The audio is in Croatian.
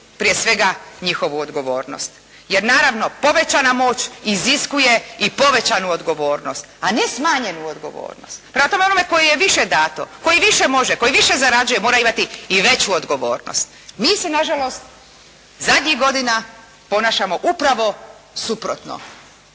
prije svega njihovu odgovornost. Jer naravno povećana moć iziskuje i povećanu odgovornost, a ne smanjenu odgovornost. Prema tome onome koji je više dato, koji više može, koji više zarađuje mora imati i vežu odgovornost. Mi se nažalost zadnjih godina ponašamo upravo suprotno.